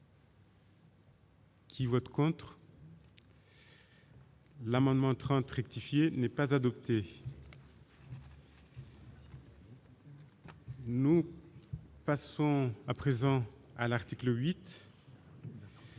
amendement. L'amendement 30 rectifier n'est pas adopté. Nous passons à présent à l'article 8.